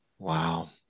Wow